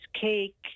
cake